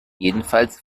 jedenfalls